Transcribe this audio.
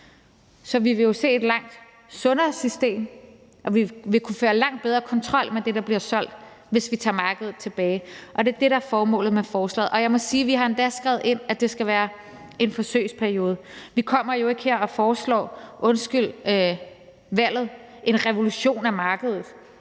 Så vi vil jo se et langt sundere system, og vi vil kunne føre en langt bedre kontrol med det, der bliver solgt, hvis vi tager markedet tilbage, og det er det, der er formålet med forslaget, og jeg må sige, at vi endda har skrevet ind, at det skal være en forsøgsperiode. Vi kommer jo ikke her og foreslår – undskyld ordvalget – en revolution af markedet.